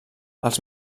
els